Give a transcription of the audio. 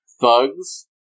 thugs